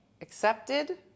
accepted